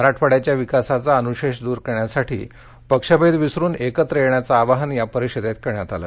मराठवाङ्याच्या विकासाचा अनुशेष दुर करण्यासाठी पक्षभेद विसरुन एकत्र येण्याचं आवाहन या परिषदेत करण्यात आलं